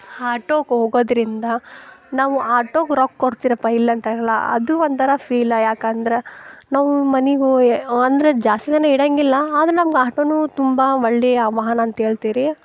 ಆಟೋಗೆ ಹೋಗೋದ್ರಿಂದ ನಾವು ಆಟೋಗೆ ರೊಕ್ಕ ಕೊಡ್ತೀರಪ್ಪ ಇಲ್ಲ ಅಂತ ಹೇಳೋಲ್ಲ ಅದು ಒಂಥರ ಫೀಲ ಯಾಕಂದ್ರೆ ನಾವು ಮನೆಗೆ ಹೋಗಿ ಅಂದ್ರೆ ಜಾಸ್ತಿ ಜನ ಇರಂಗಿಲ್ಲ ಅದ್ರ ನಮ್ಗೆ ಆಟೋನೂ ತುಂಬ ಒಳ್ಳೆಯ ವಾಹನ ಅಂತ ಹೇಳ್ತೀರಿ